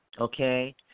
okay